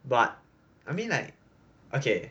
but I mean like okay